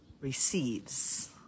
receives